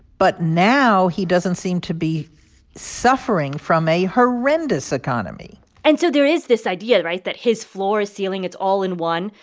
but now he doesn't seem to be suffering from a horrendous economy and so there is this idea right? that his floor, his ceiling, it's all in one,